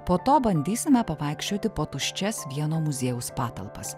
po to bandysime pavaikščioti po tuščias vieno muziejaus patalpas